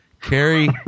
Carrie